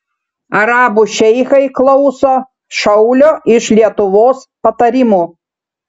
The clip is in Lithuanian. arabų šeichai klauso šaulio iš lietuvos patarimų